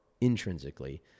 intrinsically